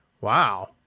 Wow